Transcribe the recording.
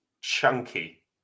chunky